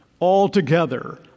altogether